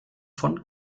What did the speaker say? von